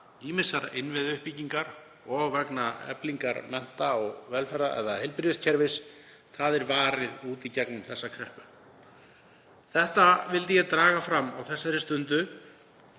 ýmissar innviðauppbyggingar og vegna eflingar mennta- og heilbrigðiskerfis, er varin út í gegnum þessa kreppu. Þetta vildi ég draga fram á þessari stundu